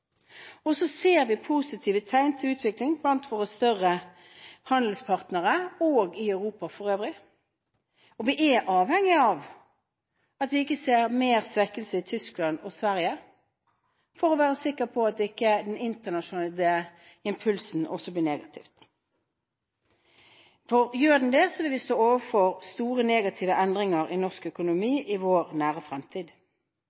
Og så ser vi positive tegn til utvikling blant våre større handelspartnere og i Europa for øvrig. Vi er avhengig av at vi ikke ser mer svekkelse i Tyskland og Sverige, for å være sikker på at ikke den internasjonale impulsen også blir negativ. For gjør den det, vil vi stå overfor store negative endringer i norsk